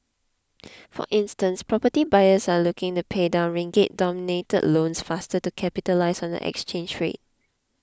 for instance property buyers are looking to pay down ringgit denominated loans faster to capitalise on the exchange rate